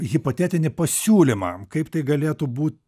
hipotetinį pasiūlymą kaip tai galėtų būt